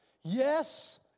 Yes